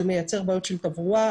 זה מייצר בעיות של תברואה,